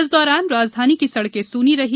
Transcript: इस दौरान राजधानी की सड़कें सूनी रहीं